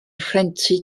rhentu